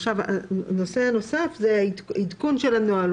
נושא נוסף הוא עדכון של הנוהל.